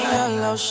Hello